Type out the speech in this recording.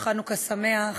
חנוכה שמח.